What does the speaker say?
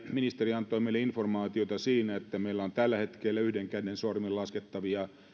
ministeri antoi meille informaatiota siitä että meillä on tällä hetkellä yhden käden sormilla laskettavia